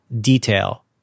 detail